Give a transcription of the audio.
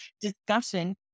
discussion